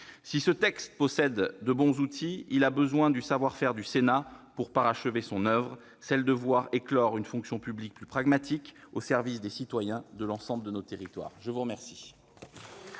Si ce texte comporte de bons outils, il a besoin du savoir-faire du Sénat pour parachever son oeuvre : voir éclore une fonction publique plus pragmatique, au service des citoyens de l'ensemble de nos territoires. La parole